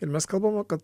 ir mes kalbame kad